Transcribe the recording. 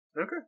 okay